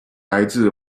来自